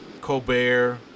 Colbert